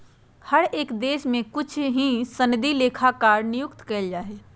हर एक देश में कुछ ही सनदी लेखाकार नियुक्त कइल जा हई